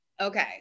Okay